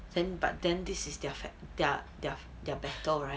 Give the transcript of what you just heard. then but then this is their fact their their their battle right